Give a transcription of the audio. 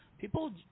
people